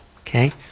okay